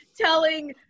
telling